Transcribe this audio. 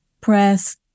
press